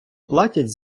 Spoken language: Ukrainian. платять